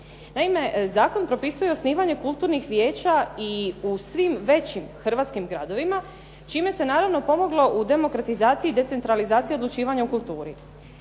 Naime, zakon propisuje osnivanje kulturnih vijeća i u svim većim hrvatskim gradovima čime se naravno pomoglo u demokratizaciji i decentralizaciji odlučivanja u kulturi.